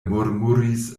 murmuris